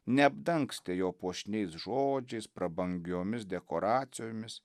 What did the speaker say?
neapdangstė jo puošniais žodžiais prabangiomis dekoracijomis